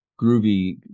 groovy